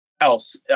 else